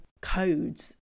codes